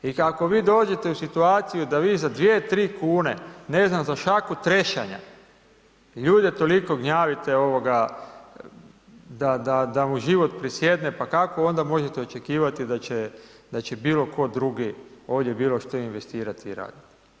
I ako vi dođete u situaciju da vi za 2, 3 kune, ne znam za šaku trešanja ljude toliko gnjavite da mu život prisjedne pa kako onda možete očekivati da će bilo tko drugi ovdje bilo što investirati i raditi.